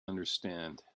understand